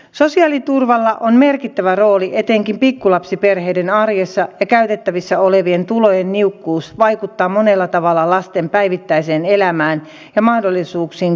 sosiaaliturvalla on merkittävä rooli etenkin pikkulapsiperheiden arjessa ja käytettävissä olevien tulojen niukkuus vaikuttaa monella tavalla lasten päivittäiseen elämään ja mahdollisuuksiin kuulua ryhmään